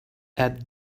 add